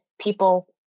people